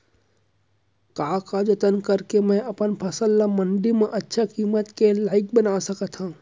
का का जतन करके मैं अपन फसल ला मण्डी मा अच्छा किम्मत के लाइक बना सकत हव?